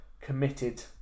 committed